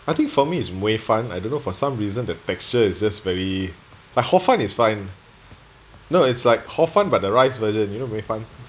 I think for me it's mei fun I don't know for some reason the texture is just very but hor fun is fine no it's like hor fun but the rice version you know mei fun